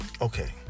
Okay